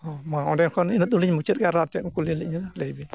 ᱦᱚᱸ ᱢᱟ ᱚᱸᱰᱮ ᱠᱷᱚᱱ ᱤᱱᱟᱹ ᱫᱚᱞᱤᱧ ᱢᱩᱟᱹᱫᱮᱜᱼᱟ ᱟᱨ ᱪᱮᱫ ᱮᱢ ᱠᱩᱞᱤᱭᱮᱫ ᱞᱤᱧᱟᱹ ᱞᱟᱹᱭ ᱵᱤᱱ